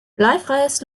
bleifreies